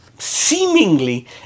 seemingly